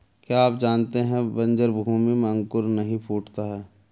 क्या आप जानते है बन्जर भूमि में अंकुर नहीं फूटता है?